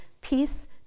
peace